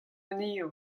anezhañ